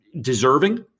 deserving